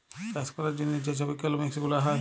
চাষ ক্যরার জ্যনহে যে ছব ইকলমিক্স গুলা হ্যয়